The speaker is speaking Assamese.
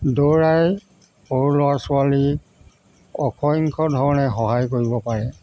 দৌৰাই সৰু ল'ৰা ছোৱালীক অসংখ্য ধৰণে সহায় কৰিব পাৰে